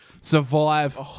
Survive